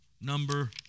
number